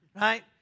Right